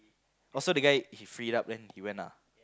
oh so the guy he freed up and he went ah